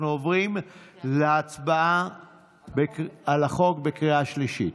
אנחנו עוברים להצבעה על החוק בקריאה שלישית.